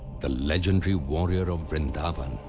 the legendary warrior of vrindavan,